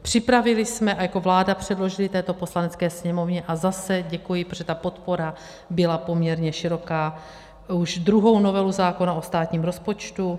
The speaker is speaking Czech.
Připravili jsme a jako vláda předložili této Poslanecké sněmovně a zase děkuji, protože ta podpora byla poměrně široká už druhou novelu zákona o státním rozpočtu.